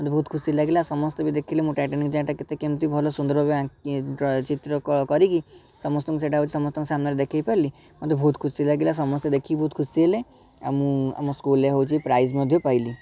ବହୁତ୍ ଖୁସି ଲାଗିଲା ସମସ୍ତେ ବି ଦେଖିଲେ ମୋ ଟାଇଟାନିକ୍ ଜାହଜ ଟା କେତେ କେମିତି ଭଲ ସୁନ୍ଦର ଭାବେ ଆଙ୍କି ଚିତ୍ର କରିକି ସମସ୍ତଙ୍କୁ ସେଟା ହେଉଛି ସମସ୍ତଙ୍କ ସାମ୍ନାରେ ଦେଖେଇ ପାରିଲି ମୋତେ ବହୁତ୍ ଖୁସି ଲାଗିଲା ସମସ୍ତେ ଦେଖିକି ବହୁତ୍ ଖୁସି ହେଲେ ଆଉ ମୁଁ ଆମ ସ୍କୁଲ୍ରେ ହେଉଛି ପ୍ରାଇଜ୍ ପାଇଲି